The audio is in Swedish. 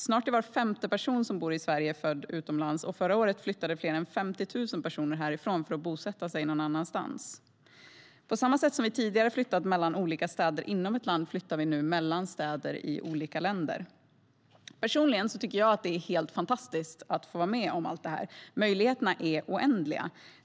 Snart är var femte person som bor i Sverige född utomlands, och förra året flyttade fler än 50 000 personer härifrån för att bosätta sig någon annanstans. På samma sätt som vi tidigare flyttat mellan olika städer inom ett land flyttar vi nu mellan städer i olika länder. Personligen tycker jag att det är helt fantastiskt att få vara med om allt det här. Möjligheterna är oändliga.